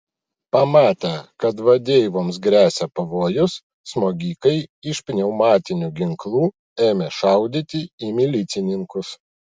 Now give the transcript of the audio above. pamatę kad vadeivoms gresia pavojus smogikai iš pneumatinių ginklų ėmė šaudyti į milicininkus